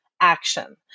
action